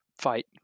fight